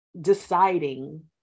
deciding